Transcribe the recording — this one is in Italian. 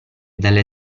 dalle